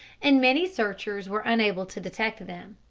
and many searchers were unable to detect them.